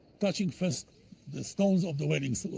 touching first the stones of the wailing so